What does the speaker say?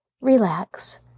relax